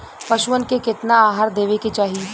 पशुअन के केतना आहार देवे के चाही?